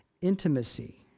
intimacy